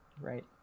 Right